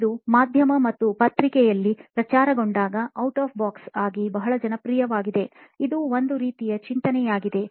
ಇದು ಮಾಧ್ಯಮ ಮತ್ತು ಪತ್ರಿಕೆಗಳಲ್ಲಿ ಪ್ರಚಾರಗೊಂಡಾಗ ಔಟ್ ಆಫ್ ದಿ ಬಾಕ್ಸ್ ಆಗಿ ಬಹಳ ಜನಪ್ರಿಯವಾಗಿತ್ತು ಇದು ಒಂದು ರೀತಿಯ ಚಿಂತನೆಯಾಗಿದೆ